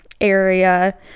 area